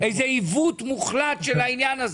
איזה עיוות מוחלט של העניין הזה,